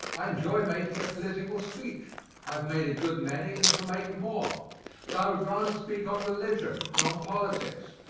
i enjoy making a political speech i have made a good many and shall make more but i would rather speak on religion than on politics.